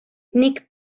nik